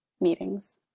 meetings